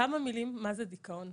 בכמה מילים מה זה דיכאון עמיד.